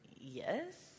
yes